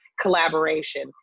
collaboration